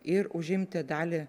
ir užimti dalį